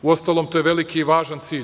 Uostalom, to je veliki i važan cilj.